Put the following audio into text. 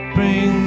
Bring